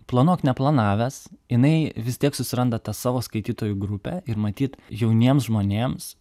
planuok neplanavęs jinai vis tiek susiranda tą savo skaitytojų grupę ir matyt jauniems žmonėms